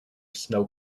snow